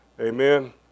Amen